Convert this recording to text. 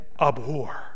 abhor